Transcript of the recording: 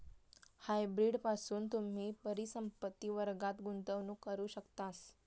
hybrid पासून तुम्ही परिसंपत्ति वर्गात गुंतवणूक करू शकतास